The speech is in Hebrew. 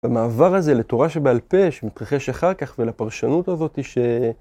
במעבר הזה לתורה שבעל פה, שמתרחש אחר כך, ולפרשנות הזאתי ש...